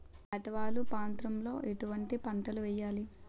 ఏటా వాలు ప్రాంతం లో ఎటువంటి పంటలు వేయాలి?